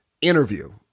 interview